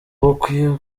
bukwe